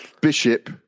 bishop